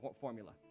formula